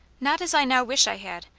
not as i now wish i had.